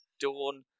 Dawn